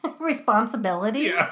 Responsibility